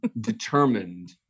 determined